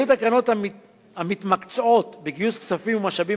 פעילות הקרנות המתמקצעות בגיוס כספים ומשאבים